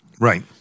Right